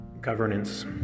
governance